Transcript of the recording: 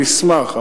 אני אשמח,